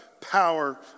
power